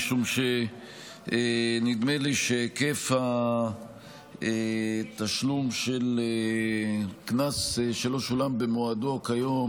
משום שנדמה לי שהיקף התשלום של קנס שלא שולם במועדו כיום,